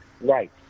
Right